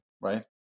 right